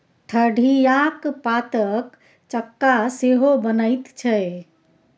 ठढियाक पातक चक्का सेहो बनैत छै